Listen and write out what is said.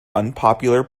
unpopular